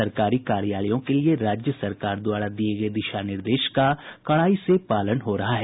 सरकारी कार्यालयों के लिये राज्य सरकार द्वारा दिये गये दिशा निर्देश का कड़ाई से पालन हो रहा है